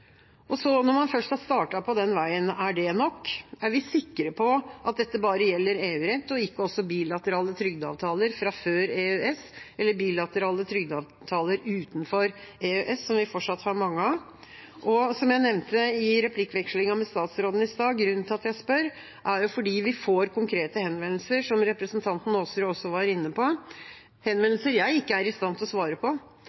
Når man først har startet på den veien: Er det nok? Er vi sikre på at dette bare gjelder EU-rett og ikke også bilaterale trygdeavtaler fra før EØS eller bilaterale trygdeavtaler utenfor EØS, som vi fortsatt har mange av? Som jeg nevnte i replikkvekslingen med statsråden i stad, er grunnen til at jeg spør, at vi får konkrete henvendelser, som representanten Aasrud også var inne på